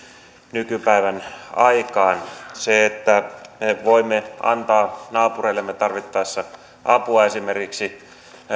nykypäivän aikaan se että me voimme antaa naapureillemme tarvittaessa apua esimerkiksi